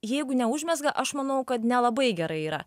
jeigu neužmezga aš manau kad nelabai gerai yra